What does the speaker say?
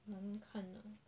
难看啊